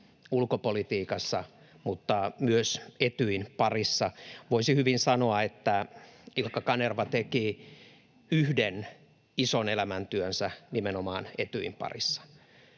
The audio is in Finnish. ulkopolitiikassa mutta myös Etyjin parissa. Voisi hyvin sanoa, että Ilkka Kanerva teki yhden ison elämäntyönsä nimenomaan Etyjin parissa.